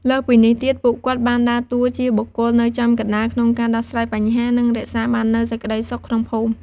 លើសពីនេះទៀត ពួកគាត់បានដើរតួជាបុគ្គលនៅចំកណ្តាលក្នុងការដោះស្រាយបញ្ហា និងរក្សាបាននូវសេចក្ដីសុខក្នុងភូមិ។